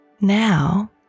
Now